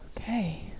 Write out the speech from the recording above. Okay